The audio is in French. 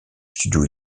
studio